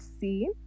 see